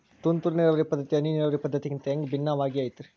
ತುಂತುರು ನೇರಾವರಿ ಪದ್ಧತಿ, ಹನಿ ನೇರಾವರಿ ಪದ್ಧತಿಗಿಂತ ಹ್ಯಾಂಗ ಭಿನ್ನವಾಗಿ ಐತ್ರಿ?